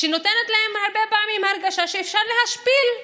שנותנת להם הרבה פעמים הרגשה שאפשר להשפיל.